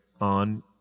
on